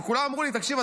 וכולם אמרו לי: תקשיב,